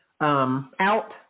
out